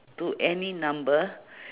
to any number